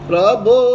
Prabhu